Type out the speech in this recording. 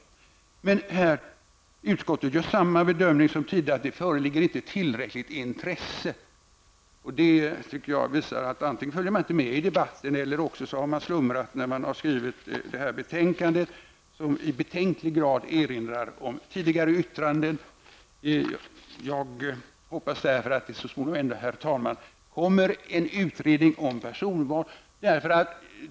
Men utskottet gör samma bedömning som tidigare att det inte föreligger ''tillräckligt intresse''. Detta visar att antingen följer konstitutionsutskottets ledamöter inte med i debatten eller också har man slumrat när man skrivit detta betänkande, som i betänklig grad erinrar om tidigare yttranden. Jag hoppas ändå, herr talman, att det så småningom blir en utredning om personval.